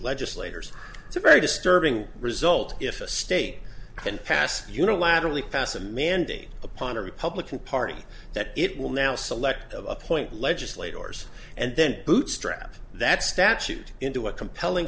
legislators it's a very disturbing result if state can pass unilaterally pass a mandate upon a republican party that it will now select of appoint legislators and then bootstrap that statute into a compelling